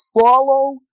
follow